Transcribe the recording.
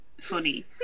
funny